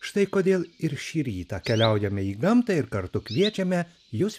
štai kodėl ir šį rytą keliaujame į gamtą ir kartu kviečiame jus